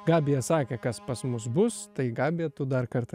gabija sakė kas pas mus bus tai gabija tu dar kartą